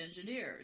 engineers